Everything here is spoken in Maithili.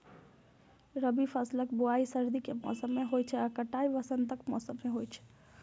रबी फसलक बुआइ सर्दी के मौसम मे होइ छै आ कटाइ वसंतक मौसम मे होइ छै